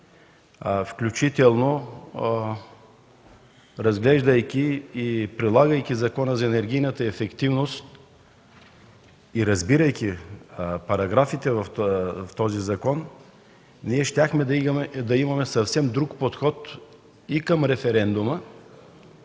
България. Разглеждайки и прилагайки Закона за енергийната ефективност и разбирайки параграфите в този закон, ние щяхме да имаме съвсем друг подход и към референдума,